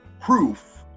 proof